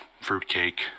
fruitcake